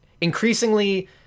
increasingly